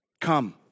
Come